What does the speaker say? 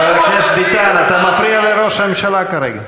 חבר הכנסת ביטן, אתה מפריע לראש הממשלה כרגע.